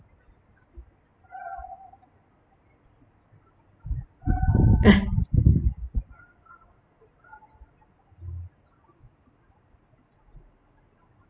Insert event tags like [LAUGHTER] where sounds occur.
[LAUGHS]